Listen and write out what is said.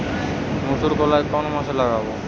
মুসুর কলাই কোন মাসে লাগাব?